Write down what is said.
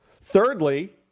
Thirdly